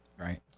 Right